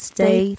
Stay